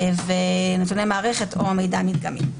נתוני מערכת או מידע מדגמי.